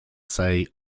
say